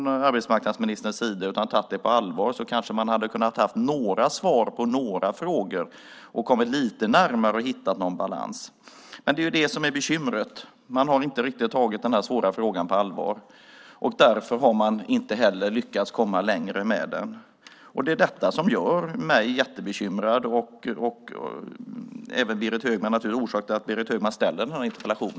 Hade arbetsmarknadsministern då inte skojat bort den utan tagit den på allvar kanske man hade kunnat ha några svar på några frågor och kommit lite närmare och hittat någon balans. Men det är det som är bekymret. Man har inte riktigt tagit den här svåra frågan på allvar. Därför har man inte heller lyckats komma längre med den. Det är detta som gör mig jättebekymrad och är orsaken till att Berit Högman ställer denna interpellation.